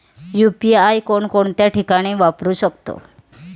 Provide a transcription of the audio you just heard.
UPI कोणकोणत्या ठिकाणी वापरू शकतो?